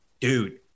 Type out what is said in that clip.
Dude